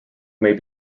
may